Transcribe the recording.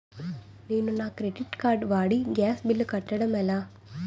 నేను నా credit card వాడి గ్యాస్ బిల్లు కట్టడం ఎలా?